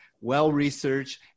well-researched